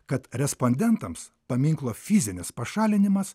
kad respondentams paminklo fizinis pašalinimas